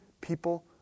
people